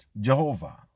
Jehovah